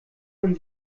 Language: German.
man